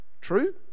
True